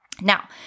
Now